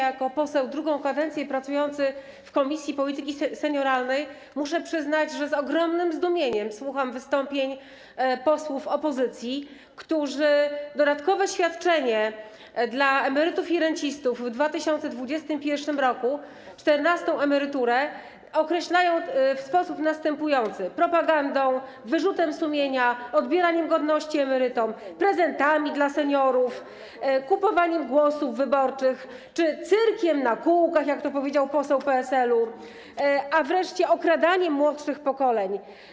Jako poseł drugą kadencję pracujący w Komisji Polityki Senioralnej muszę przyznać, że z ogromnym zdumieniem słucham wystąpień posłów opozycji, którzy dodatkowe świadczenie dla emerytów i rencistów w 2021 r., czternastą emeryturę, określają w sposób następujący: propaganda, wyrzut sumienia, odbieranie godności emerytom, prezent dla seniorów, kupowanie głosów wyborczych czy cyrk na kółkach - jak to powiedział poseł PSL - a wreszcie, okradanie młodszych pokoleń.